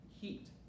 heat